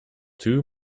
too